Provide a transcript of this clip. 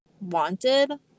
wanted